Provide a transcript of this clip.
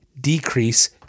decrease